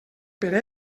per